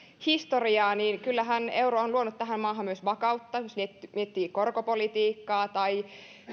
historiaa niin kyllähän euro on luonut tähän maahan myös vakautta jos miettii korkopolitiikkaa tai